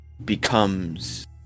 Becomes